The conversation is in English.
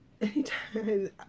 anytime